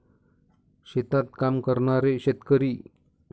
शेतात काम करणारे शेतकरी